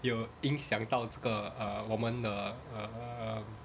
有影响到这个 uh 我们 err err